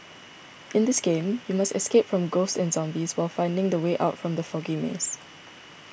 in this game you must escape from ghosts and zombies while finding the way out from the foggy maze